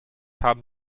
haben